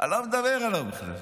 לא מדבר עליו בכלל.